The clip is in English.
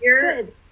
good